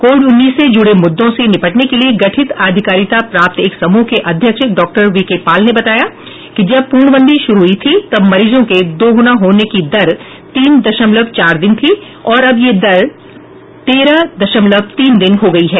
Covid उन्नीस से जुड़े मुद्दों से निपटने के लिए गठित अधिकारिता प्राप्त एक समूह के अध्यक्ष डॉवीके पॉल ने बताया कि जब पूर्णबंदी शुरू हुई थी तब मरीजों के दोगुना होने की दर तीन दशमलव चार दिन थी और अब यह दर तेरह दशमलव तीन दिन हो गई है